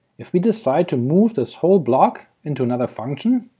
if we decide to move this whole block into another function,